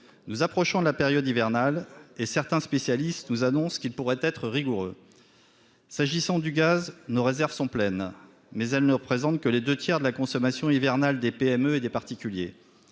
nous approchons de la période hivernale et certains spécialistes nous annoncent qu'ils pourraient être rigoureux, s'agissant du gaz nos réserves sont pleines, mais elle ne représente que les 2 tiers de la consommation hivernale des PME et des particuliers,